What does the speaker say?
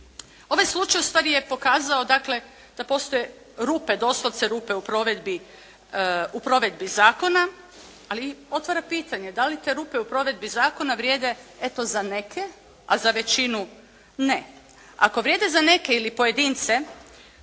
ovaj slučaju ustvari je pokazao da postoje rupe, doslovce rupe u provedbi zakona ali i otvara pitanje da li te rupe u provedbi zakona eto vrijede za neke a za većinu ne. Ako vrijede za neke ili pojedince